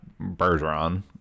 Bergeron